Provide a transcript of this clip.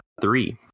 three